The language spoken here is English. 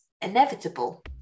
inevitable